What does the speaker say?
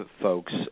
folks